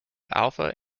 alpha